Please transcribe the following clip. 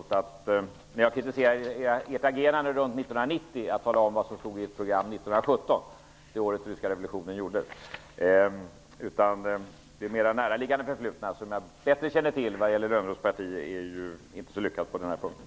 ryska revolutionen - när jag kritiserar ert agerande kring 1990 är väl inte så rasande bra argument. Det mera näraliggande förflutna för Lönnroths parti som jag bättre känner till är ju inte så lyckat på den här punkten.